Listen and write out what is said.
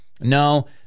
No